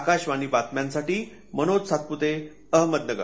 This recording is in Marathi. आकाशवाणी बातम्यांसाठी मनोज सातपुते अहमदनगर